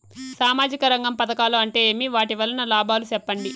సామాజిక రంగం పథకాలు అంటే ఏమి? వాటి వలన లాభాలు సెప్పండి?